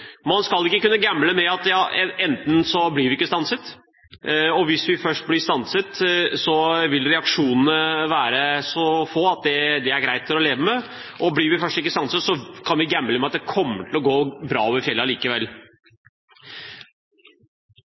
Man skal ikke kunne gamble med at vi enten ikke blir stanset, eller at hvis vi først blir stanset, så vil reaksjonene være så få at vi greit kan leve med dem. Og blir vi ikke stanset, så kan vi gamble med at det kommer til å gå bra over fjellet allikevel.